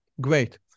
great